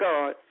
God